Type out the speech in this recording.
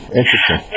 interesting